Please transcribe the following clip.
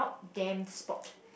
damn sport